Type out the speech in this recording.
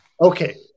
Okay